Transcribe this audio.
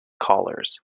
callers